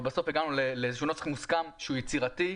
אבל בסוף הגענו לנוסח מוסכם שהוא יצירתי,